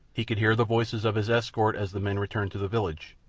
he could hear the voices of his escort as the men returned to the village,